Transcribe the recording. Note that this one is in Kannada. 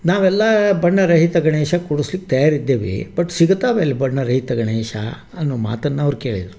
ನಾವೆಲ್ಲ ಬಣ್ಣರಹಿತ ಗಣೇಶ ಕೂಡಸ್ಲಿಕ್ಕೆ ತಯಾರಿದ್ದೇವೆ ಬಟ್ ಸಿಗುತ್ತಾವೆಲ್ಲಿ ಬಣ್ಣರಹಿತ ಗಣೇಶ ಅನ್ನೋ ಮಾತನ್ನು ಅವ್ರು ಕೇಳಿದರು